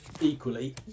equally